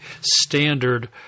standard